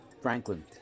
Franklin